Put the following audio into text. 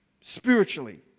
spiritually